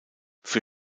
für